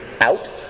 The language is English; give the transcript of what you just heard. out